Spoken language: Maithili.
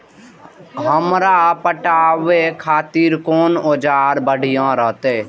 हमरा पटावे खातिर कोन औजार बढ़िया रहते?